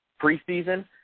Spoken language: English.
preseason